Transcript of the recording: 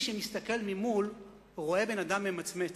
מי שמסתכל ממול רואה בן-אדם ממצמץ,